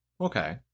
Okay